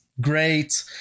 great